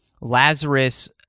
Lazarus